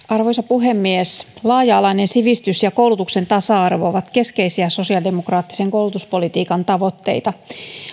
arvoisa puhemies laaja alainen sivistys ja koulutuksen tasa arvo ovat keskeisiä sosiaalidemokraattisen koulutuspolitiikan tavoitteita